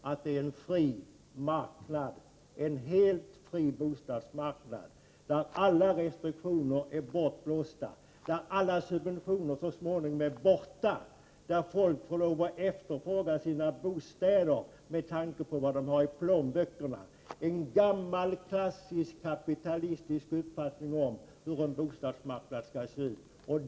Jag tror att vad ni vill ha är en helt fri bostadsmarknad, där alla restriktioner är bortblåsta, där alla subventioner så småningom har tagits bort och där människor måste efterfråga sina bostaäder med tanke på vad de har i plånböckerna. Det är en gammal klassisk kapitalistisk uppfattning om hur en bostadsmarknad skall se ut.